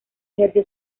ejerció